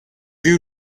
you